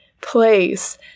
place